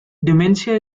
dementia